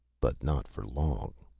but not for long.